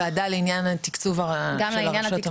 ועדה לעניין התקצוב של הרשויות המקומיות?